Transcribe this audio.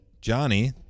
Johnny